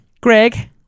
Greg